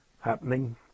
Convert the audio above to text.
happening